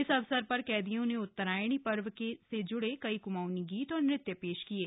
इस अवसर पर कैदियों ने उत्तरायणी पर्व से ज्ड़े कई क्माऊंनी गीत और नृत्य पेश किये